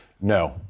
no